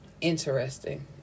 interesting